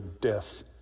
death